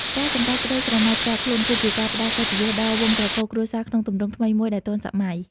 ការសម្រេចក្តីស្រមៃផ្ទាល់ខ្លួន គឺជាការផ្តល់កិត្តិយសដល់វង្សត្រកូលគ្រួសារក្នុងទម្រង់ថ្មីមួយដែលទាន់សម័យ។